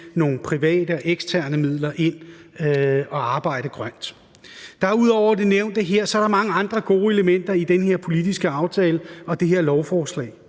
nogle private, eksterne midler ind at arbejde grønt. Der er ud over det nævnte her mange andre gode elementer i den her politiske aftale og det her lovforslag.